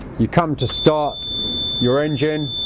you come to start your engine